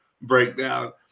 breakdown